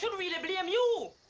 really blame you!